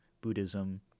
Buddhism